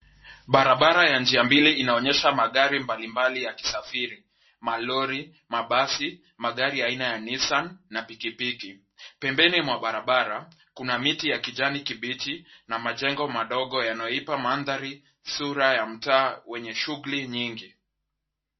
Barabara ya njia mbili inaonyesha magari mbalimbali ya kisafiri malori, mabasi, magari aina ya nissan na pikipiki. pembeni mwa barabara kuna miti ya kijani kibichi na majengo madogo yanayoipa mandhari sura ya mtaa wenye shughuli nyingi.